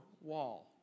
wall